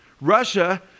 Russia